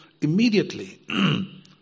immediately